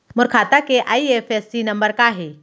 मोर खाता के IFSC number का हे?